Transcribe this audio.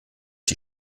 die